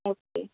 okay